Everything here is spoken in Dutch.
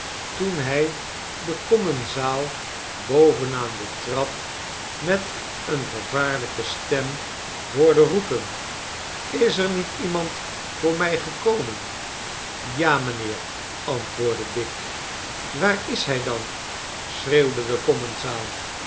toen hij den commensaal boven aan de trap met eene vervaarlijke stem hoorde roepen is er niet iemand voor mij gekomen ja mijnheer antwoordde dick waar is hij dan schreeuwde de